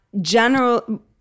general